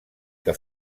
que